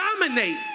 dominate